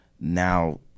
Now